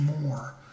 more